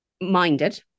minded